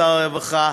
שר הרווחה,